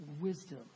wisdom